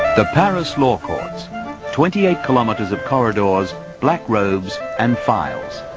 the paris law courts twenty eight kilometers of corridors, black robes and files.